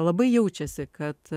labai jaučiasi kad